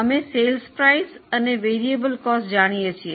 અમે વેચાણ કિંમત અને ચલિત ખર્ચ જાણીએ છીએ